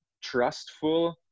trustful